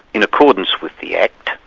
in accordance with the act,